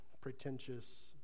pretentious